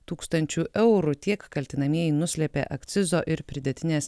tūkstančių eurų tiek kaltinamieji nuslėpė akcizo ir pridėtinės